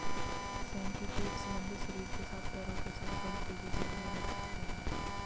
centipedes लंबे शरीर के साथ पैरों के साथ बहुत तेज़ी से आगे बढ़ सकते हैं